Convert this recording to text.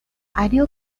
ideal